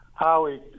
Howie